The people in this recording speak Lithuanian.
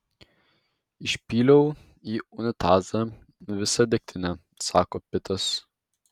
išpyliau į unitazą visą degtinę sako pitas